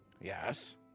Yes